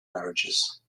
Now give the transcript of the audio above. marriages